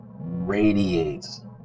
radiates